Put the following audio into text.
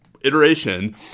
iteration